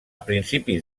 principis